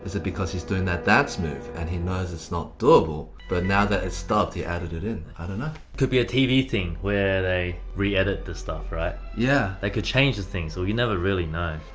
it because he's doing that dance move, and he knows it's not doable? but now that it's dubbed, he added it in. i don't know. could be a tv thing where they re-edit the stuff, right? yeah. they could change things. well, you never really know.